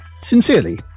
Sincerely